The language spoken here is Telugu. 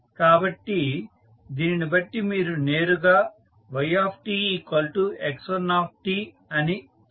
కాబట్టి దీనిని బట్టి మీరు నేరుగా yx1 అని చెప్పవచ్చు